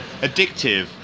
addictive